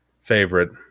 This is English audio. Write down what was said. favorite